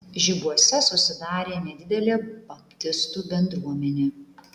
žibuose susidarė nedidelė baptistų bendruomenė